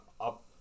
up